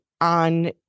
on